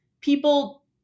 people